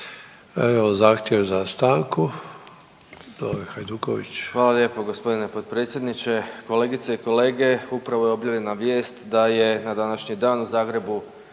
Imamo zahtjev za stanku